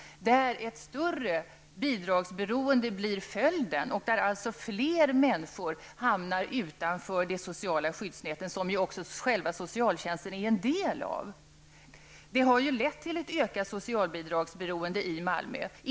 En följd av arbetslinjen blir ett större bidragsberoende, och fler människor hamnar utanför det sociala skyddsnätet, vilket också själva socialtjänsten är en del av. Detta har ju lett till ett ökat socialbidragsberoende i Malmö.